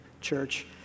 church